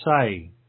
say